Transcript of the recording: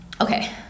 Okay